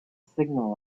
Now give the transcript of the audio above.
signal